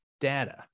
data